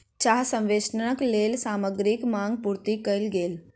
चाह संवेष्टनक लेल सामग्रीक मांग पूर्ति कयल गेल